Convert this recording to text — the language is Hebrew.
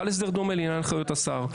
חל הסדר דומה לעניין אחריות השר,